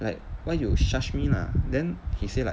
like why you shush me lah then he say like